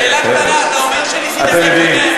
שאלה קטנה: אתה אומר שניסיתם לקדם.